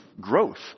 growth